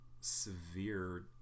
severe